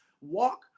walk